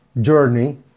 journey